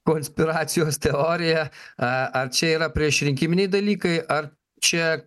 konspiracijos teoriją ar čia yra priešrinkiminiai dalykai ar čia